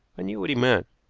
i knew what he meant.